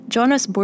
Jonas